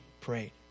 prayed